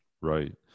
Right